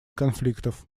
конфликтов